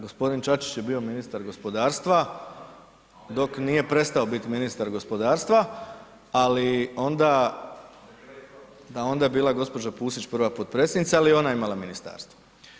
G. Čačić je bio ministar gospodarstva dok nije prestao biti ministar gospodarstva ali onda je bila gđa. Pusić prva potpredsjednica ali i ona je imala ministarstvo.